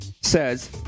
says